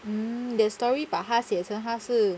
mm that story 把他写成他是